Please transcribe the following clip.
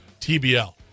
TBL